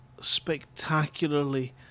spectacularly